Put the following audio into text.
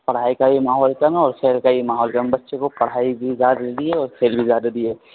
پڑھائی کا بھی ماحول کم ہے اور کھیل کا بھی ماحول کم بچے کو پرھائی بھی زیادہ ہے اور کھیل بھی ہے